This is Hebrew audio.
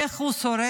איך הוא שורד